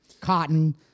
cotton